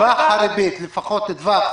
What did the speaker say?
טווח הריבית, לפחות טווח.